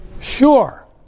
sure